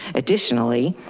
additionally,